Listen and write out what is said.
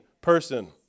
person